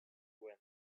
gwen